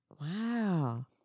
Wow